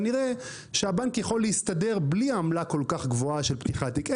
כנראה שהבנק יכול להסתדר בלי עמלה כל כך גבוהה של פתיחת תיק.